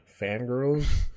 fangirls